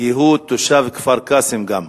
כי הוא תושב כפר-קאסם גם.